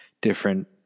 different